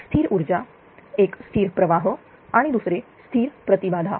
एक स्थिर ऊर्जा एक स्थिर प्रवाह आणि दुसरे स्थिर प्रति बाधा